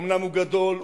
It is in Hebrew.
אומנם הוא גדול,